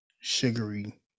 sugary